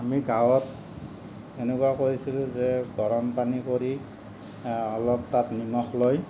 আমি গাঁৱত এনেকুৱা কৰিছিলোঁ যে গৰম পানী কৰি অলপ তাত নিমখ লৈ